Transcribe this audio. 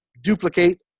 duplicate